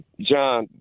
John